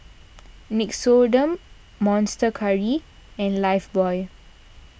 Nixoderm Monster Curry and Lifebuoy